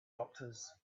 doctors